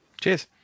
Cheers